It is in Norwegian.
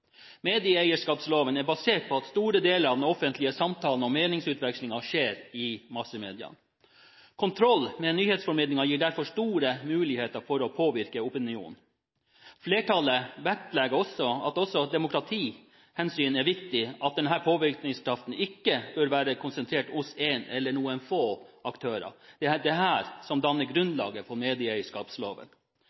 Medieeierskapsloven er basert på at store deler av den offentlige samtalen og meningsutvekslingen skjer i massemediene. Kontroll med nyhetsformidlingen gir derfor store muligheter for å påvirke opinionen. Flertallet vektlegger at det også av demokratihensyn er viktig at denne påvirkningskraften ikke bør være konsentrert hos én eller noen få aktører. Det er dette som danner grunnlaget for medieeierskapsloven.